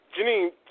Janine